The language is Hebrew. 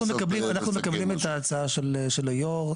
אנחנו מקבלים את ההצעה של יושב הראש,